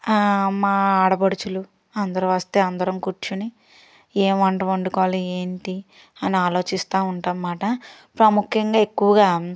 మా ఆడపడుచులు అందరు వస్తే అందరం కూర్చుని ఏం వంట వండుకోవాలి ఏంటి అని ఆలోచిస్తా ఉంటాం అన్నమాట ప్రాముఖ్యంగా ఎక్కువగా